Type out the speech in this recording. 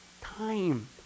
time